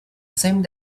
same